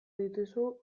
dituzu